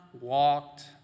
walked